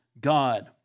God